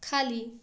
खाली